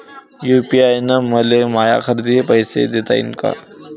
UPI न मले माया खरेदीचे पैसे देता येईन का?